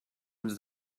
ens